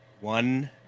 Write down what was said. One